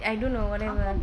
I don't know whatever